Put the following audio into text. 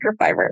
microfiber